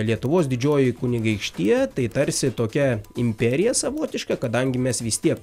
lietuvos didžioji kunigaikštija tai tarsi tokia imperija savotiška kadangi mes vis tiek